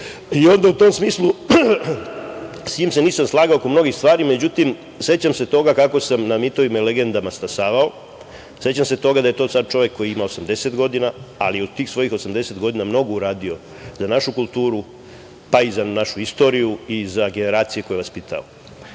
krilo. U tom smislu, sa njim se nisam slagao oko mnogih stvari.Međutim, sećam se toga kako sam na mitovima i legendama stasavao, sećam se toga da je to sad čovek koji ima 80 godina, ali je u tih svojih 80 godina mnogo uradio za našu kulturu, pa i za našu istoriju i za generacije koje vaspitava.